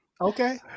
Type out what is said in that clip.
Okay